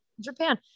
Japan